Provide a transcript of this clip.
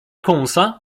kąsa